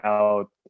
out